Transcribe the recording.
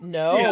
no